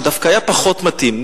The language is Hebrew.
שדווקא היה פחות מתאים,